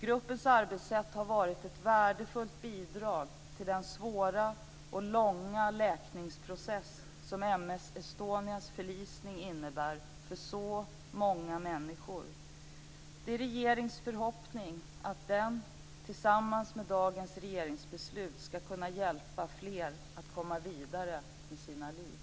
Gruppens arbetssätt har varit ett värdefullt bidrag till den svåra och långa läkningsprocess som M/S Estonias förlisning innebär för så många människor. Det är regeringens förhoppning att den tillsammans med dagens regeringsbeslut skall kunna hjälpa fler att komma vidare med sina liv.